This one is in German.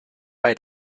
bei